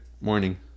morning